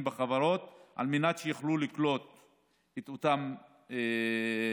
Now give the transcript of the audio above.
בחברות על מנת שיוכלו לקלוט את אותם חבר'ה